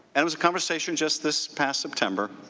and it was a conversation just this past september,